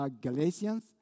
Galatians